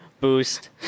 Boost